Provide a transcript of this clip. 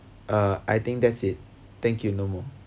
uh I think that's it thank you no more